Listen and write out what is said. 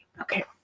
Okay